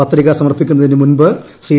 പത്രിക സമർപ്പിക്കുന്നതിന് മുമ്പ് ശ്രീ